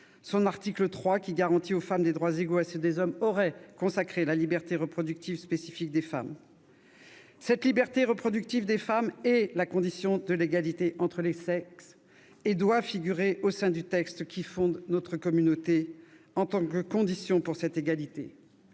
son article 3 qui garantit aux femmes des droits égaux à ceux des hommes aurait consacré la liberté reproductive spécifique des femmes. La liberté reproductive des femmes est la condition de l'égalité entre les sexes et doit figurer à ce titre dans le texte qui fonde notre communauté. Ce serait notre fierté